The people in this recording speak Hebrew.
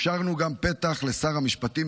אפשרנו גם פתח לשר המשפטים,